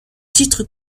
titre